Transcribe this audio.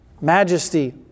Majesty